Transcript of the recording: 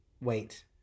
wait